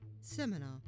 Seminar